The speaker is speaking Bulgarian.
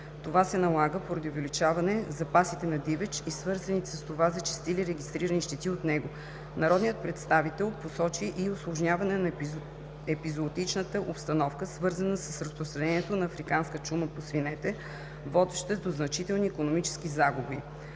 Това се налага поради увеличаване запасите на дивеч и свързаните с това зачестили регистрирани щети от него. Народният представител посочи и усложняване на епизоотичната обстановка, свързана с разпространението на африканска чума по свинете, водеща до значителни икономически загуби.